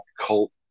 cult